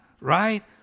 right